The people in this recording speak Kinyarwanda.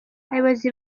abayobozi